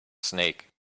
snake